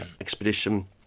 Expedition